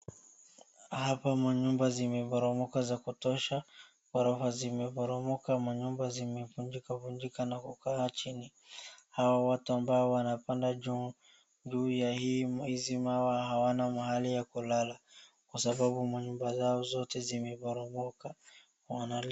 Hapa manyumba zimeporomoka za kutosha, ghorofa zimeporomoka, manyumba zimevunjikavunjika na kukaa chini, hao watu ambao wanapanda juu ya hizi mawe hawana mahali ya kulala kwa sababu manyumba zao zote zimeporomoka.